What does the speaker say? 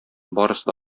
барысы